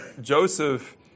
Joseph